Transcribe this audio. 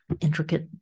intricate